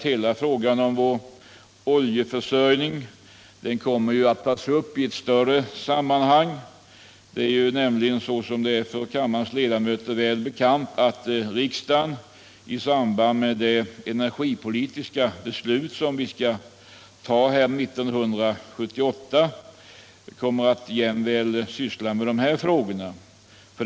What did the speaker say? Hela frågan om vår oljeförsörjning kommer att tas upp i ett större sammanhang. Det är ju för kammarens ledamöter välbekant att riksdagen i samband med det energipolitiska beslut som vi skall ta 1978 jämväl kommer att syssla med de här frågorna.